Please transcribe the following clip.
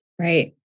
Right